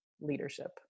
leadership